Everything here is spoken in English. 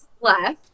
left